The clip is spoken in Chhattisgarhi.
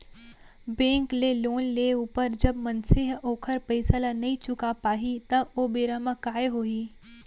बेंक ले लोन लेय ऊपर जब मनसे ह ओखर पइसा ल नइ चुका पाही त ओ बेरा म काय होही